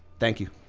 thank you.